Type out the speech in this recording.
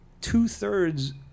two-thirds